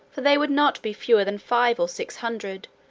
for they would not be fewer than five or six hundred,